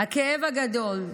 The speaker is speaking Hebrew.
הכאב הגדול,